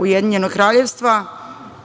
Ujedinjenog Kraljevstva